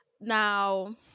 now